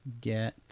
get